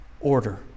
order